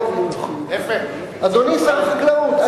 אדוני שר החקלאות,